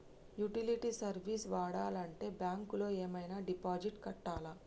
Utility service వాడాలంటే bank లో ఏమైనా డిపాజిట్ కట్టాలా?